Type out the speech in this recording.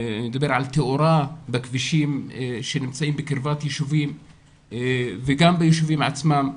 אני מדבר על תאורה בכבישים שנמצאים בקרבת יישובים וגם ביישובים עצמם,